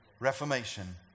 reformation